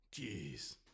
Jeez